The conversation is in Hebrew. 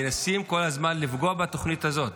מנסים כל הזמן לפגוע בתוכנית הזאת,